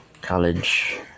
college